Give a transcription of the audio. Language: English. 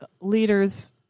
leaders